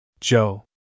Joe